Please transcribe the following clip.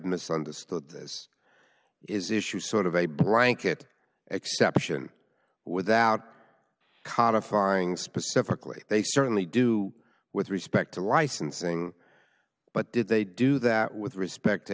misunderstood this is issue sort of a blanket exception without kata finding specifically they certainly do with respect to licensing but did they do that with respect to